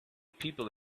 people